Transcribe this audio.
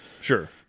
Sure